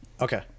Okay